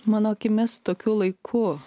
mano akimis tokiu laiku